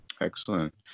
Excellent